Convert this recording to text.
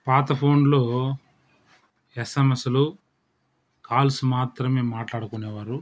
పాత ఫోన్లో ఎస్ఎంఎస్లు కాల్స్ మాత్రమే మాట్లాడుకునేవారు